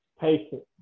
patient